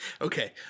Okay